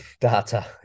data